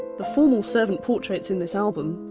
the formal servant portraits in this album,